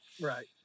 Right